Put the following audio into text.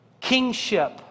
kingship